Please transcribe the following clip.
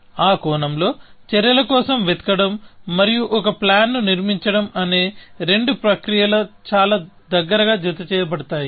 ఆ కోణంలో చర్యల కోసం వెతకడం మరియు ఒక ప్లాన్ ను నిర్మించడం అనే రెండు ప్రక్రియలు చాలా దగ్గరగా జతచేయబడతాయి